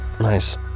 Nice